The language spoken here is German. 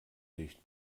licht